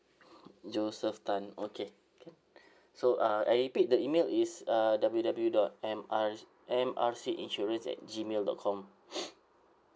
joseph tan okay so uh I repeat the email is uh W W W dot M R~ M R C insurance at gmail dot com